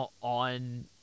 on